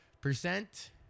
percent